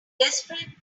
desperately